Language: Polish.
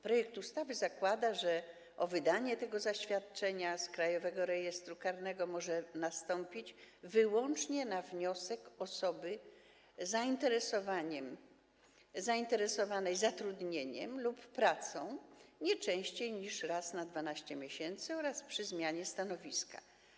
Projekt ustawy zakłada, że wydanie zaświadczenia z Krajowego Rejestru Karnego może nastąpić wyłącznie na wniosek osoby zainteresowanej zatrudnieniem lub pracą, nie częściej niż raz na 12 miesięcy, a także przy zmianie stanowiska.